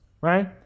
right